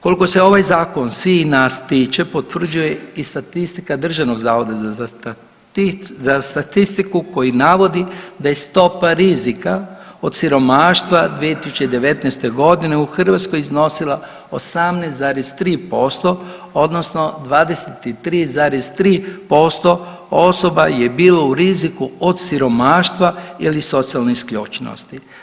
Koliko se ovaj zakon svih nas tiče potvrđuje i statistika Državnog zavoda za statistiku koji navodi da je stopa rizika od siromaštva 2019. godine u Hrvatskoj iznosila 18,3% odnosno 23,3% osoba je bilo u riziku od siromaštva ili socijalne isključenosti.